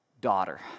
daughter